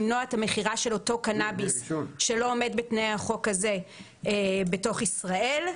למנוע את המכירה של אותו קנאביס שלא עומד בתנאי החוק הזה בתוך ישראל.